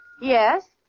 Yes